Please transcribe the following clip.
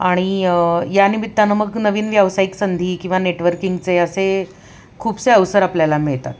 आणि या निमित्तानं मग नवीन व्यावसायिक संधी किंवा नेटवर्किंगचे असे खूपसे अवसर आपल्याला मिळतात